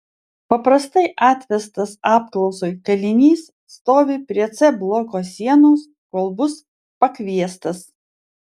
paprastai atvestas apklausai kalinys stovi prie c bloko sienos kol bus pakviestas